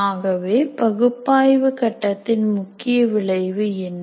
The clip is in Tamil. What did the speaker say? ஆகவே பகுப்பாய்வு கட்டத்தின் முக்கிய விளைவு என்ன